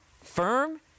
firm